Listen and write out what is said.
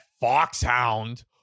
foxhound